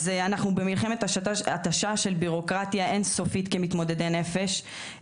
אנחנו במלחמת התשה של בירוקרטיה אין-סופית כמתמודדי נפש,